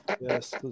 Yes